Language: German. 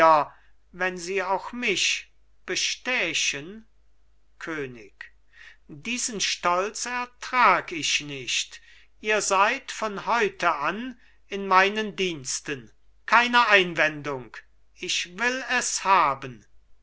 wenn sie auch mich bestächen könig diesen stolz ertrag ich nicht ihr seid von heute an in meinen diensten keine einwendung ich will es haben